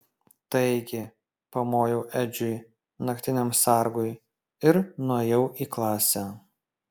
taigi pamojau edžiui naktiniam sargui ir nuėjau į klasę